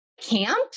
camp